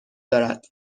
دارد